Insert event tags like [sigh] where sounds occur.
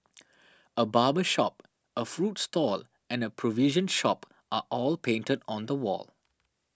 [noise] a barber shop a fruit stall and a provision shop are all painted on the wall